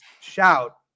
shout